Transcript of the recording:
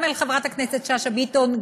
גם אל חברת הכנסת שאשא ביטון,